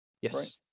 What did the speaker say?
Yes